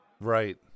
Right